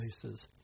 places